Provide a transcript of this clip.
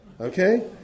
okay